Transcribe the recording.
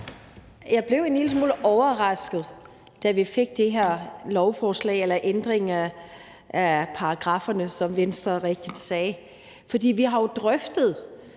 Jeg blev en lille smule overrasket, da vi fik det her forslag om en ændring af paragrafferne, som Venstres ordfører rigtigt nok sagde. Vi har jo drøftet